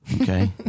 Okay